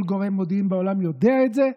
כל גורם מודיעין בעולם יודע את זה.